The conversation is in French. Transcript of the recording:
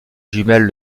jumelles